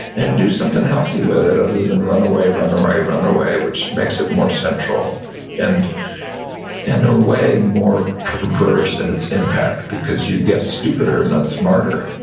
and do something healthy with it other than run away, run away, run away, which makes it more central and and a way more perverse in its impact because you get stupider, not smarter.